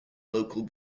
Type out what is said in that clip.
local